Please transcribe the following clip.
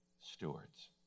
stewards